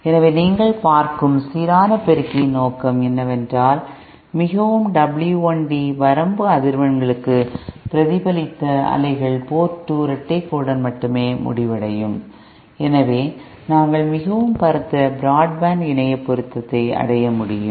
எனவே நீங்கள் பார்க்கும் சீரான பெருக்கியின் நோக்கம் என்னவென்றால் மிகவும் w1 டி வரம்பு அதிர்வெண்களுக்கு பிரதிபலித்த அலைகள் போர்ட் 2 இரட்டை கோடுடன் மட்டுமே முடிவடையும் எனவே நாம் மிகவும் பரந்த பிராட்பேண்ட் இணைய பொருத்தத்தை அடைய முடியும்